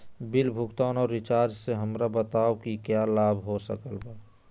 Bill भुगतान और recharge से हमरा बताओ कि क्या लाभ हो सकल बा?